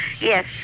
Yes